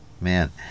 man